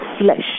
flesh